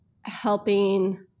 helping